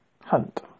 Hunt